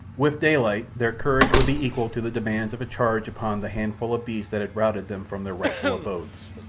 with daylight their courage would be equal to the demands of a charge upon the handful of beasts that had routed them from their rightful abodes.